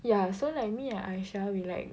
ya so like me and Aisyah we like